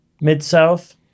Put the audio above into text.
Mid-South